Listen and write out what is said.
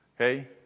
Okay